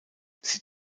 sie